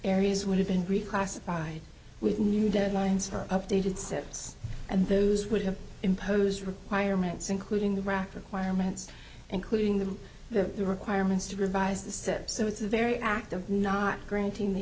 areas would have been reclassified with new deadlines or updated sets and those would have imposed requirements including the rack requirements including the the requirements to revise the steps so it's a very active not granting the